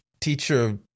teacher